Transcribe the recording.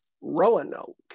Roanoke